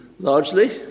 Largely